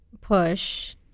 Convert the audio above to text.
push